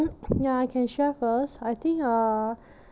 ya I can share first I think uh